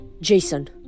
Jason